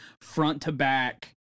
front-to-back